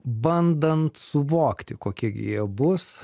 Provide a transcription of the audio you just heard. bandant suvokti kokie gi jie bus